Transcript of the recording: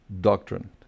Doctrine